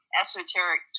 esoteric